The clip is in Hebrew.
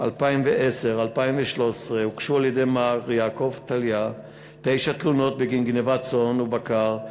2010 2013 הוגשו על-ידי מר יעקב טליה תשע תלונות בגין גנבות צאן ובקר.